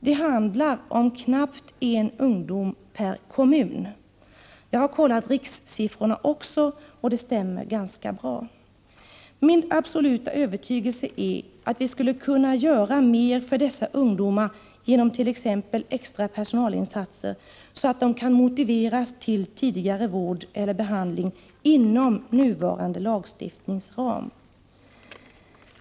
Det handlar om knappt en ungdom per kommun. Jag har kollat rikssiffrorna också, och det stämmer ganska bra. Min absoluta övertygelse är att vi skulle kunna göra mer för dessa ungdomar genom t.ex. extra personalinsatser, så att de kan motiveras till tidigare vård eller behandling inom nuvarande lagstiftnings ram.